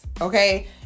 Okay